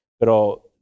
Pero